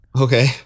Okay